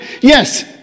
yes